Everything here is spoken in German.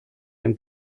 dem